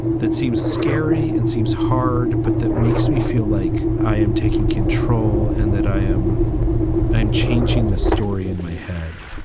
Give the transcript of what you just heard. that seems scary and seems hard, but that makes me feel like i am taking control and that i am i'm changing this story in my head,